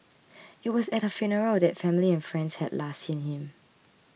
it was at her funeral that family and friends had last seen him